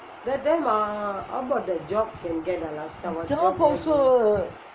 job also